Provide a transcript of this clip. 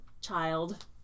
child